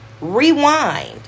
rewind